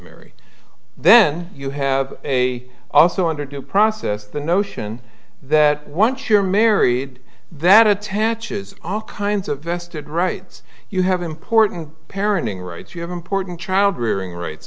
marry then you have a also under due process the notion that once you're married that attaches all kinds of vested rights you have important parenting rights you have important child rearing rights